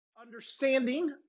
understanding